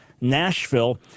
Nashville